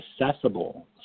accessible